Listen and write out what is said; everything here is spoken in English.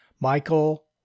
Michael